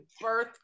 birth